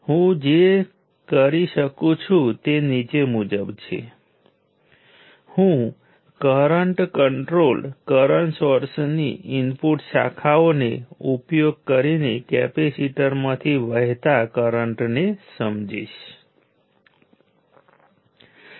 હવે V અને I time સાથે બદલાતું હોઈ શકે છે જે વ્યાખ્યાને બદલતું નથી તેનો સીધો અર્થ એ થાય છે કે ડિલિવર કરવામાં આવેલ પાવર એ ટાઈમનું ફંકશન હશે